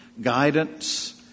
guidance